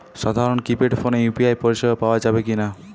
সাধারণ কিপেড ফোনে ইউ.পি.আই পরিসেবা পাওয়া যাবে কিনা?